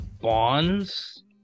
Bonds